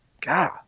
God